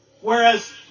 whereas